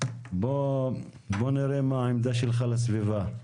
בוא נראה מה העמדה שלך לסביבה,